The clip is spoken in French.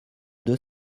deux